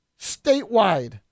statewide